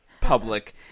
public